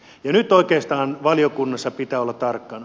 nyt oikeastaan valiokunnassa pitää olla tarkkana